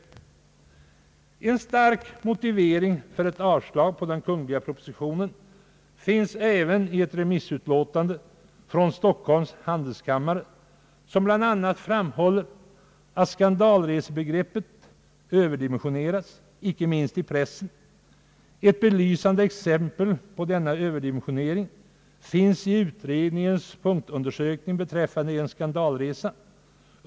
En stark motivering för avslag på den kungl. propositionen finns även i ett remissutlåtande från Stockholms handelskammare, som bl.a. framhåller att skandalresebegreppet överdimensionerats, icke minst i pressen. Ett belysande exempel på denna överdimensionering finns i utredningens punktundersökning beträffande en skandalresa.